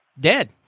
dead